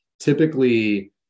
typically